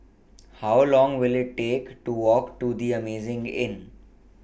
How Long Will IT Take to Walk to The Amazing Inn